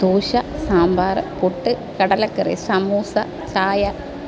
ദോശ സാമ്പാറ് പുട്ട് കടലക്കറി സമൂസ ചായ